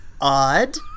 Odd